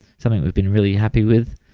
something we've been really happy with,